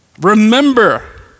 Remember